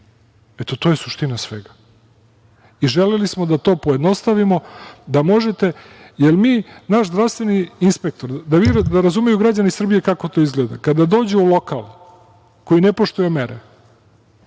Eto to je suština svega. Želeli smo da to pojednostavimo, jer naš zdravstveni inspektor… Da razumeju građani Srbije kako to izgleda. Kada dođu u lokal koji ne poštuje mere,